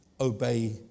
obey